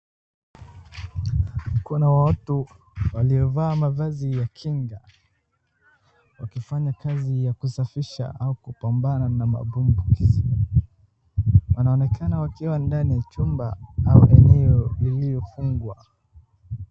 Kuna watu waliovaa mavazi ya kinga wakifanya kazi ya kusafisha au kupambanana na na mavumbikizi wanaonekana wakiwa ndani ya chumba au eneo iliyofungwa.